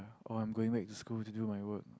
or I'm going back to school to do my work